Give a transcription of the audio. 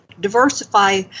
diversify